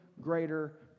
greater